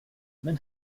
men